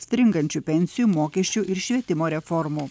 stringančių pensijų mokesčių ir švietimo reformų